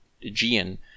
Aegean